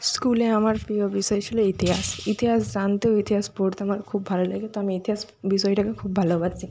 স্কুলে আমার প্রিয় বিষয় ছিলো ইতিহাস ইতিহাস জানতে ও ইতিহাস পড়তে আমার খুব ভালো লাগে তো আমি ইতিহাস বিষয়টাকে খুব ভালোবাসি